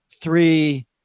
three